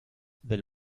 del